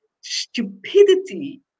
stupidity